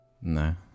No